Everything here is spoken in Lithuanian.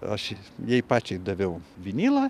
aš jai pačiai daviau vinilą